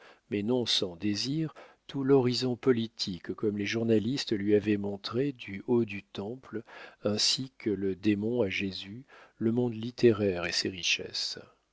mais non sans désir tout l'horizon politique comme les journalistes lui avaient montré en haut du temple ainsi que le démon à jésus le monde littéraire et ses richesses